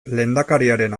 lehendakariaren